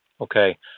Okay